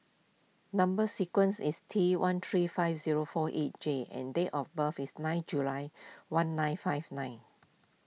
Number Sequence is T one three five zero four eight J and date of birth is nine July one nine five nine